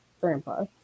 Grandpa